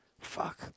fuck